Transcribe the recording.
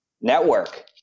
network